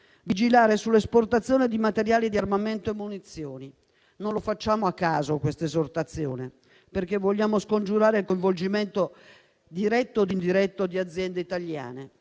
vigilare sull'esportazione di materiali di armamento e munizioni. Non facciamo questa esortazione a caso, perché vogliamo scongiurare il coinvolgimento diretto o indiretto di aziende italiane,